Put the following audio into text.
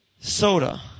Soda